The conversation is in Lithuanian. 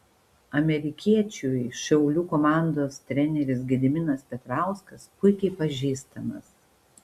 amerikiečiui šiaulių komandos treneris gediminas petrauskas puikiai pažįstamas